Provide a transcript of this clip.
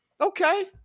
Okay